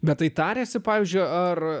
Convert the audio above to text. bet tai tariasi pavyzdžio ar